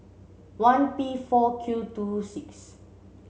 one P four Q two six